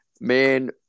man